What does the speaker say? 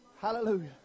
Hallelujah